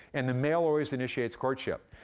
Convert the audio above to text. and the male always initiates courtship.